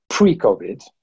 pre-COVID